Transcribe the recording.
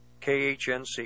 KHNC